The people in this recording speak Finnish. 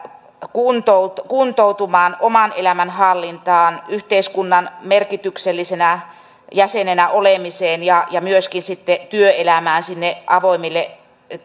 kuntoutumaan oman elämän hallintaan yhteiskunnan merkityksellisenä jäsenenä olemiseen ja ja myöskin sitten työelämään sinne avoimille